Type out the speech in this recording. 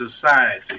society